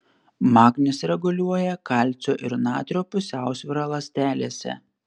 magnis reguliuoja kalcio ir natrio pusiausvyrą ląstelėse